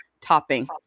topping